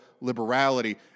liberality